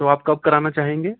تو آپ کب کرانا چاہیں گے